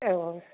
औ